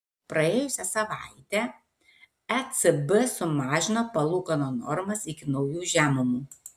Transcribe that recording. praėjusią savaitę ecb sumažino palūkanų normas iki naujų žemumų